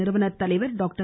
நிறுவனர் தலைவர் டாக்டர்